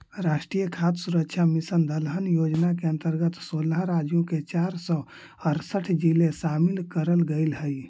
राष्ट्रीय खाद्य सुरक्षा मिशन दलहन योजना के अंतर्गत सोलह राज्यों के चार सौ अरसठ जिले शामिल करल गईल हई